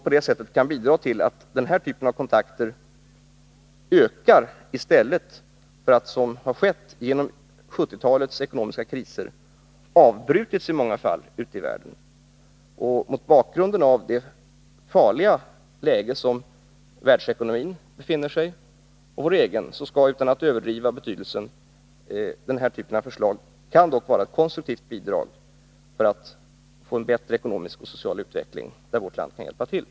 På det sättet kan vi bidra till att denna typ av kontakter ökar i stället för att avbrytas. Det har ju i många fall skett under 1970-talets ekonomiska kriser. Mot bakgrund av det farliga läge som världsekonomin och vår egen ekonomi befinner sig i, kan — utan att man överdriver betydelsen — denna typ av förslag vara ett konstruktivt bidrag för att få till stånd en bättre ekonomisk och social utveckling. Här kan alltså vårt land hjälpa till.